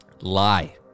lie